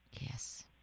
yes